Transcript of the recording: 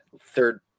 third